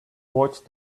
watched